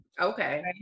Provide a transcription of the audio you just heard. Okay